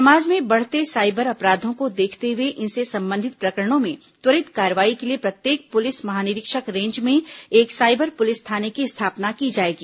समाज में बढ़ते साइबर अपराधों को देखते हुए इनसे संबंधित प्रकरणों में त्वरित कार्रवाई के लिए प्रत्येक पुलिस महानिरीक्षक रेंज में एक साइबर पुलिस थाने की स्थापना की जायेगी